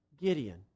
Gideon